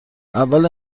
اول